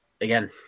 again